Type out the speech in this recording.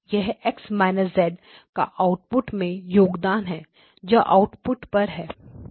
यह X − z का output में योगदान है जो आउटपुट पर X है